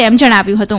તેમ જણાવ્યું હતું